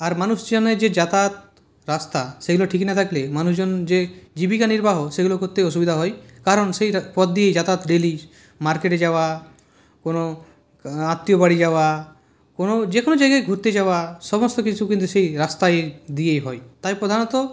আর মানুষজনের যে যাতায়াত রাস্তা সেগুলো ঠিক না থাকলে মানুষজন যে জীবিকানির্বাহ সেগুলো করতে অসুবিধা হয় কারণ সেই পথ দিয়েই যাতায়াত ডেইলি মার্কেটে যাওয়া কোনও আত্মীয় বাড়ি যাওয়া কোনও যেকোনও জায়গায় ঘুরতে যাওয়া সমস্ত কিছু কিন্তু সেই রাস্তায় দিয়েই হয় তাই প্রধানত